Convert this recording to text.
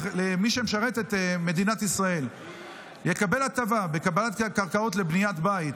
מי שמשרת את מדינת ישראל יקבל הטבה בקבלת קרקעות לבניית בית,